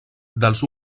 dels